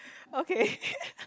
okay